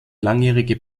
langjährige